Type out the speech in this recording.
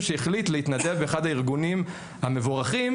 שהחליט להתנדב באחד הארגונים המבורכים,